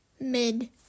mid